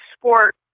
sport